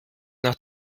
nach